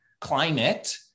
climate